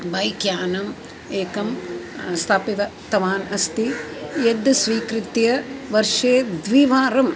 बैक्यानम् एकं स्थापितवान् अस्ति यद् स्वीकृत्य वर्षे द्विवारम्